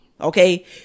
Okay